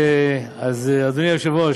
אדוני היושב-ראש,